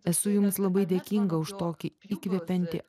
esu jums labai dėkinga už tokį įkvepiantį